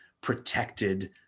protected